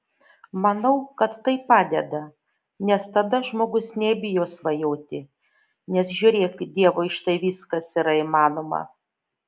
manau kad tai padeda nes tada žmogus nebijo svajoti nes žiūrėk dievui štai viskas yra įmanoma